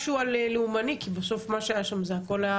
משהו על לאומני כי בסוף מה שהיה שם זה הכל היה